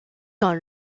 dans